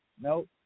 Nope